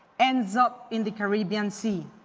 ends up in the caribbean sea.